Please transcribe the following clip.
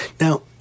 Now